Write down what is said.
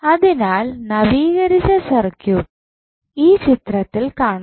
അതിനാൽ നവീകരിച്ച സർക്യൂട്ട് ഈ ചിത്രത്തിൽ കാണാം